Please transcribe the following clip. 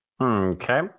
Okay